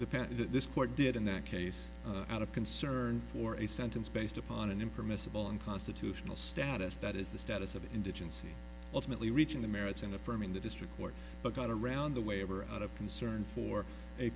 that this court did in that case out of concern for a sentence based upon an impermissible in constitutional status that is the status of indigency ultimately reaching the merits in a firm in the district court but got around the waiver out of concern for a